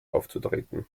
aufzutreten